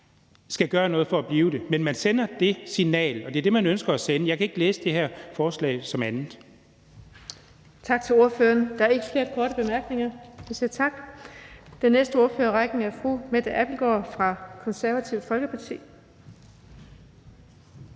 skal gøre noget for at blive det, men man sender det signal, og det er det, man ønsker at sende. Jeg kan ikke læse det her forslag som andet.